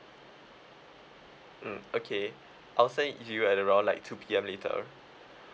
mm okay I'll send it to you at around like two P_M later